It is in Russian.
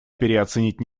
переоценить